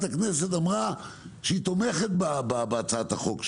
הכנסת אמרה שהיא תומכת בהצעת החוק שלי,